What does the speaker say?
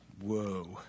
Whoa